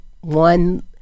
one